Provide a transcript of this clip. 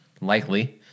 likely